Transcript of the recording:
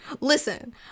listen